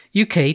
UK